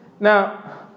Now